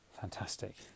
Fantastic